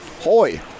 Hoy